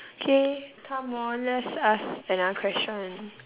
okay come on let's ask another question